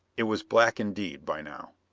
it was black indeed, by now.